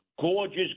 Gorgeous